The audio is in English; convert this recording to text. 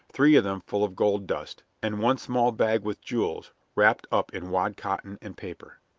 three of them full of gold dust, and one small bag with jewels wrapped up in wad cotton and paper.